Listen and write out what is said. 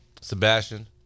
Sebastian